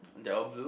they're all blue